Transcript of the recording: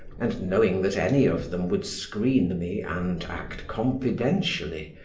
and knowing that any of them would screen me and act confidentially,